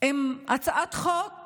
עם הצעת חוק